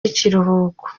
w’ikiruhuko